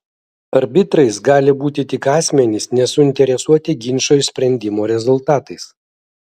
arbitrais gali būti tik asmenys nesuinteresuoti ginčo išsprendimo rezultatais